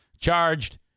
charged